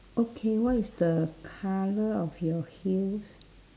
okay what is the colour of your heels